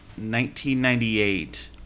1998